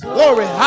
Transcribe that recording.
Glory